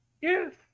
Yes